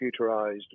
computerized